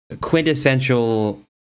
quintessential